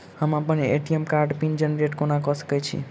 हम अप्पन ए.टी.एम कार्डक पिन जेनरेट कोना कऽ सकैत छी?